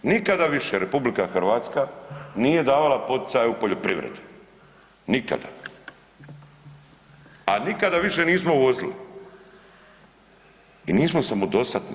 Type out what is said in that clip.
Nikada više RH nije davala poticaja u poljoprivredi, nikada, a nikada više nismo uvozili i nismo samodostatni.